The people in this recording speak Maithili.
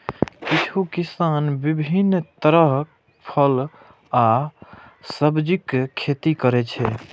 किछु किसान विभिन्न तरहक फल आ सब्जीक खेती करै छै